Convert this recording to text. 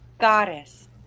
goddess